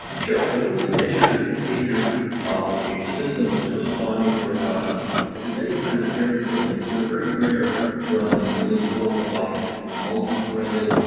sure, so when we measure the behavior of a system that's responding to requests, if there's any kind of variability, you know it's very rare for us in in this world of like multithreaded,